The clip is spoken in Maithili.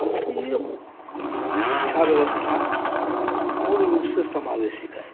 भारतीय शिक्षा व्यवस्था मूल रूपसँ समावेशिका छै